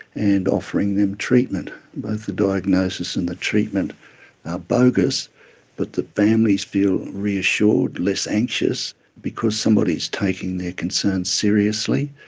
and offering them treatment. both the diagnosis and the treatment are bogus but the families feel reassured and less anxious because somebody is taking their concern seriously,